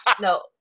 No